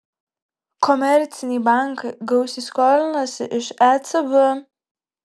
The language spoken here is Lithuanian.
komerciniai bankai gausiai skolinasi iš ecb